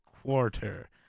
quarter